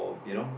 you know